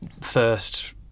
first